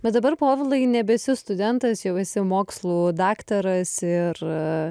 bet dabar povilai nebesi studentas jau esi mokslų daktaras ir